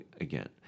again